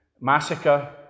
massacre